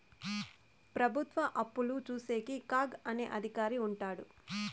ప్రభుత్వ అప్పులు చూసేకి కాగ్ అనే అధికారి ఉంటాడు